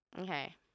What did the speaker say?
Okay